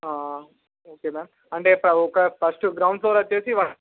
okay ma'am అంటే ఒక first ground floor వచ్చి